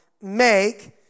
make